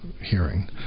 hearing